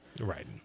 Right